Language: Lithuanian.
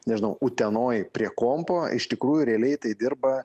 nežinau utenoj prie kompo iš tikrųjų realiai tai dirba